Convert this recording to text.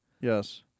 Yes